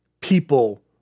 people